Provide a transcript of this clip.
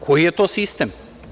Koji je to sistem?